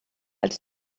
als